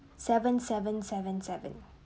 seven seven seven seven